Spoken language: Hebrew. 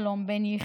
שלום, בן יחיא.